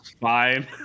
fine